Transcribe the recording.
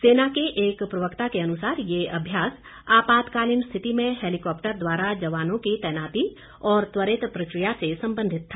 सेना के एक प्रवक्ता के अनुसार ये अभ्यास आपातकालीन स्थिति में हैलीकॉप्टर द्वारा जवानों की तैनाती और त्वरित प्रक्रिया से संबंधित था